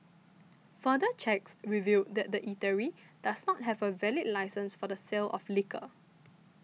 further checks revealed that the eatery does not have a valid licence for the sale of liquor